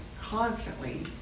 constantly